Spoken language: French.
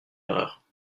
erreur